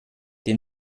den